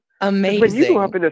Amazing